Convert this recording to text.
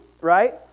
right